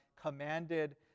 commanded